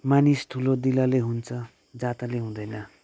मानिस ठुलो दिलले हुन्छ जातले हुँदैन